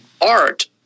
art